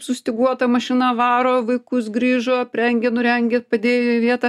sustyguota mašina varo vaikus grįžo aprengia nurengia padėjo į vietą